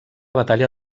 batalla